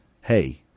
Hey